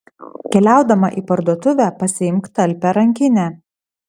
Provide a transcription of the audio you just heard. keliaudama į parduotuvę pasiimk talpią rankinę